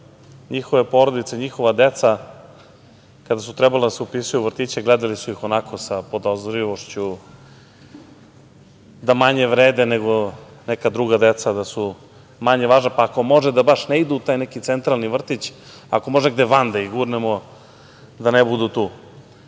njihove porodice, njihova deca kada su trebala da se upisuju u vrtiće gledali su ih onako sa podozrivošću da manje vrede nego neka druga deca, da su manje važna, pa ako može da baš ne idu u taj neki centralni vrtić, ako može negde van da ih gurnemo da ne budu tu. Pa,